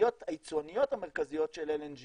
היצואניות המרכזיות של LNG